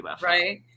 Right